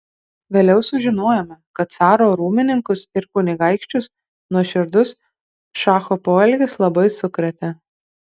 vėliau sužinojome kad caro rūmininkus ir kunigaikščius nuoširdus šacho poelgis labai sukrėtė